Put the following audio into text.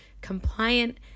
compliant